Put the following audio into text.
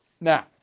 Now